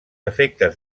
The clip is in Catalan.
efectes